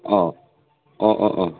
अ' अ'अ' अ'